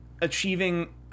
achieving